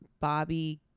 Bobby